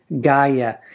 Gaia